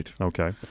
Okay